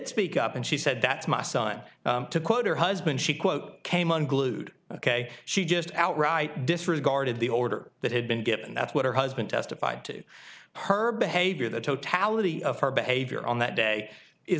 speak up and she said that's my son to quote her husband she quote came unglued ok she just outright disregarded the order that had been given that's what her husband testified to her behavior the totality of her behavior on that day is